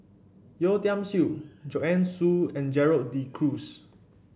Yeo Tiam Siew Joanne Soo and Gerald De Cruz